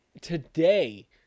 today